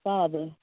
Father